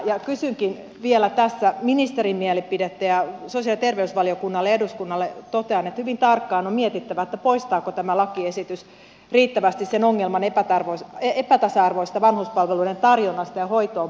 kysynkin vielä tässä ministerin mielipidettä ja sosiaali ja terveysvaliokunnalle ja eduskunnalle totean että hyvin tarkkaan on mietittävä poistaako tämä lakiesitys riittävästi sen ongelman epätasa arvoisesta vanhuspalveluiden tarjonnasta ja hoitoonpääsystä